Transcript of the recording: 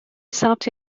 ثبت